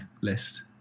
list